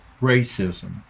racism